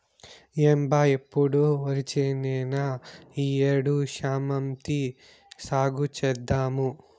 ఏం బా ఎప్పుడు ఒరిచేనేనా ఈ ఏడు శామంతి సాగు చేద్దాము